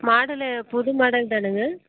model புது மாடல்தானாங்க